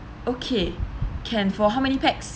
okay can for how many pax